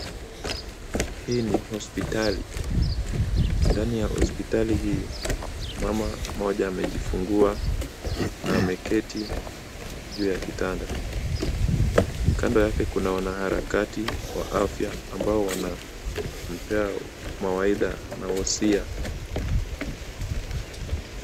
Hii ni hospitali, ndani ya hospitali hii, mama mmoja amejifungua na ameketi juu ya kitanda. Kando yake kuna wanaharakati wa afya ambao wanampea mawaidha na wosia.